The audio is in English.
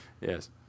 Yes